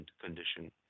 condition